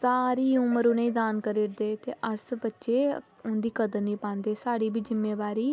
सारी उमरप उनेंगी दान करी ओड़दे ते अस बच्चे उंदी कदर निं पांदे साढ़ी बी जिम्मेवारी